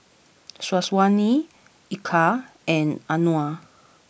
Syazwani Eka and Anuar